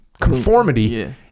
conformity